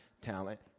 talent